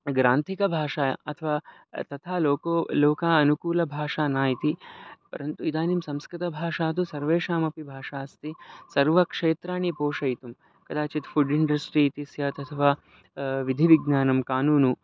ग्रान्थिकभाषा अथवा तथा लोको लोका अनुकूलभाषा न इति परन्तु इदानीं संस्कृतभाषा तु सर्वेषामपि भाषास्ति सर्वक्षेत्राणि पोषयितुं कदाचित् फ़ुड् इन्डस्ट्रि इति स्यात् अथवा विधिविज्ञानं कानूनु